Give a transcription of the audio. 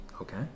Okay